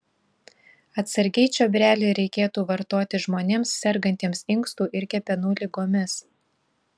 atsargiai čiobrelį reikėtų vartoti žmonėms sergantiems inkstų ir kepenų ligomis